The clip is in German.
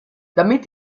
damit